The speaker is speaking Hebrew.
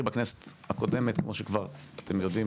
בכנסת הקודמת כמו שכבר אתם יודעים,